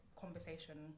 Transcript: conversation